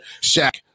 Shaq